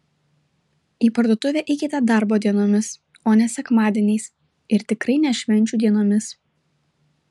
į parduotuvę eikite darbo dienomis o ne sekmadieniais ir tikrai ne švenčių dienomis